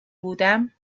بودم